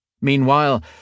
Meanwhile